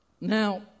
Now